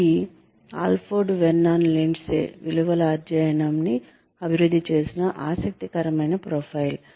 ఇది Allport Vernon Lindzey విలువల అధ్యయనం నీ అభివృద్ధి చేసిన ఆసక్తి కరమైన ప్రొఫైల్